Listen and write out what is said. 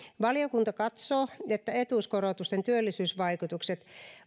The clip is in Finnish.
valiokunta katsoo että etuuskorotusten työllisyysvaikutukset